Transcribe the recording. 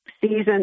season